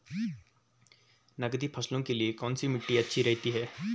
नकदी फसलों के लिए कौन सी मिट्टी अच्छी रहती है?